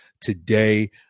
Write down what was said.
today